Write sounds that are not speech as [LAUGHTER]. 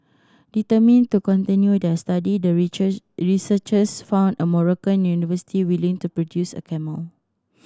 determined to continue their study the [UNINTELLIGIBLE] researchers found a Moroccan university willing to procure a camel